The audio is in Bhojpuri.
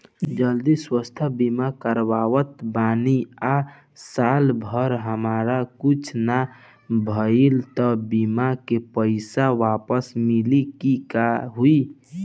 जदि स्वास्थ्य बीमा करावत बानी आ साल भर हमरा कुछ ना भइल त बीमा के पईसा वापस मिली की का होई?